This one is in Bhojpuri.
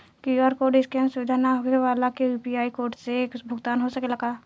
क्यू.आर कोड स्केन सुविधा ना होखे वाला के यू.पी.आई कोड से भुगतान हो सकेला का?